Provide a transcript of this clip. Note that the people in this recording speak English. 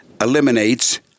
eliminates